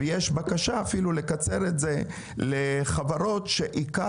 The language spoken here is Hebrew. ויש בקשה אפילו לקצר את זה לחברות שעיקר